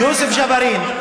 יוסף ג'בארין,